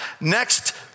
next